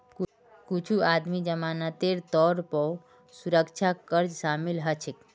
कुछू आदमी जमानतेर तौरत पौ सुरक्षा कर्जत शामिल हछेक